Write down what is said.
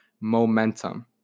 momentum